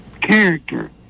character